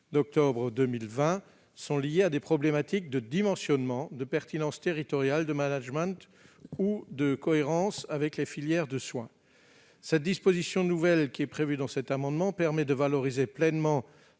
d'octobre 2020, sont liées à des problématiques de dimensionnement, de pertinence territoriale, de management ou de cohérence avec les filières de soins. La disposition nouvelle prévue dans cet amendement vise à valoriser la